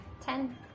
ten